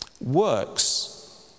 Works